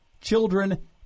Children